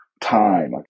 time